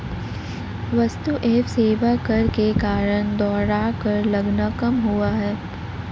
वस्तु एवं सेवा कर के कारण दोहरा कर लगना कम हुआ है